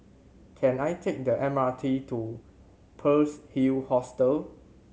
can I take the M R T to Pearl's Hill Hostel